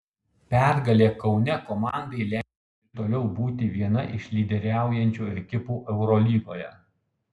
pergalė kaune komandai leidžia ir toliau būti viena iš lyderiaujančių ekipų eurolygoje